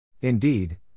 Indeed